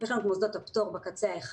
יש לנו את מוסדות הפטור בקצה האחד,